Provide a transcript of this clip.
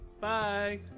bye